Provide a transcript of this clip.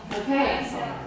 Okay